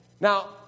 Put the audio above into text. Now